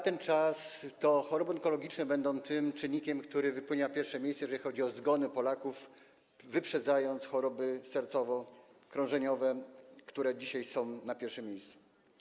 Wtedy to choroby onkologiczne będą czynnikiem, który zajmie pierwsze miejsce, jeżeli chodzi o zgony Polaków, wyprzedzając choroby sercowo-krążeniowe, które dzisiaj są na pierwszym miejscu.